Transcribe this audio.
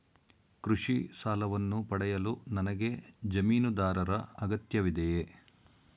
ಕೃಷಿ ಸಾಲವನ್ನು ಪಡೆಯಲು ನನಗೆ ಜಮೀನುದಾರರ ಅಗತ್ಯವಿದೆಯೇ?